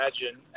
imagine